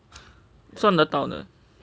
算得到的